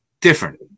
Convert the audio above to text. different